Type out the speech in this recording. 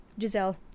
Giselle